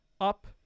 up